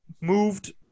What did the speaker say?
moved